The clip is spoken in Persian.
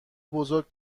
بزرگ